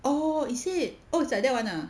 !aww! is it oh it's like that [one] ah